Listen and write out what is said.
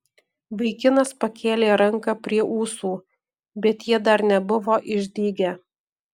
vaikinas pakėlė ranką prie ūsų bet jie dar nebuvo išdygę